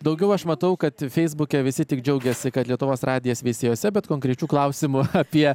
daugiau aš matau kad feisbuke visi tik džiaugiasi kad lietuvos radijas veisiejuose bet konkrečių klausimų apie